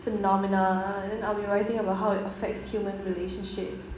phenomena and then I'll be writing about how it affects human relationships